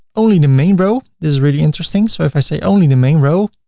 only the main row this is really interesting. so if i say only the main row,